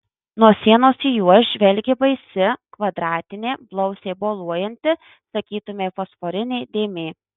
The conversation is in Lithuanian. nuo sienos į juos žvelgė baisi kvadratinė blausiai boluojanti sakytumei fosforinė dėmė